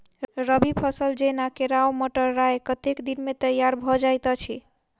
रबी फसल जेना केराव, मटर, राय कतेक दिन मे तैयार भँ जाइत अछि?